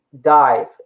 dive